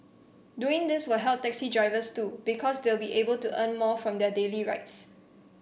doing this will help taxi drivers too because they'll be able to earn more from their daily rides